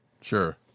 sure